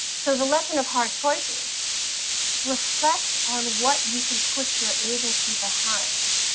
so the lesson of hard choices reflect on what you can put your agency behind,